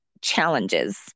challenges